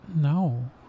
No